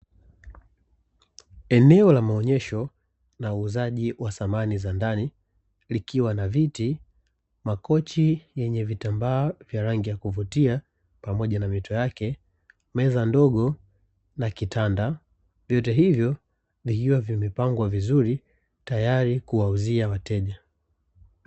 Eneo la maonyesho na uuzaji wa samani za ndani, likiwa na viti, makochi yenye vitambaa na rangi ya kuvutia, pamoja na mito yake, meza ndogo na kitanda, vyote hivyo vikiwa vimepangwa vizuri, tayari kuwauzia wateja.